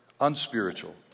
unspiritual